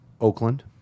Oakland